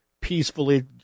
peacefully